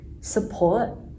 support